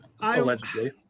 Allegedly